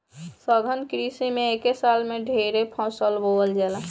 सघन कृषि में एके साल में ढेरे फसल बोवल जाला